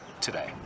today